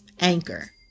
Anchor